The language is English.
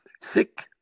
sick